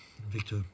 Victor